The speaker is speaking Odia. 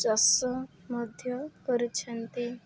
ଚାଷ ମଧ୍ୟ କରିଛନ୍ତି